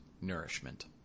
nourishment